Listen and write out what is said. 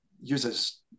uses